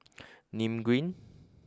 Nim Green